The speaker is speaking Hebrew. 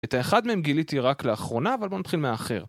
את האחד מהם גיליתי רק לאחרונה, אבל בוא נתחיל מהאחר.